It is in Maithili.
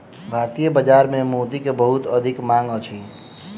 भारतीय बाजार में मोती के बहुत अधिक मांग अछि